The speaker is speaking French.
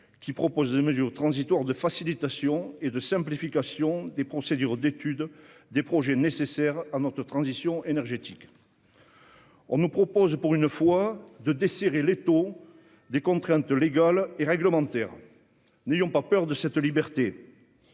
qui prévoit des mesures transitoires de facilitation et de simplification des procédures d'études des projets nécessaires à notre transition énergétique. On nous propose pour une fois de desserrer l'étau des contraintes légales et réglementaires. N'ayons pas peur de cette liberté